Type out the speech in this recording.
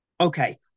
okay